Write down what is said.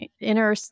inner